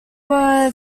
were